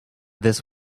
this